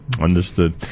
Understood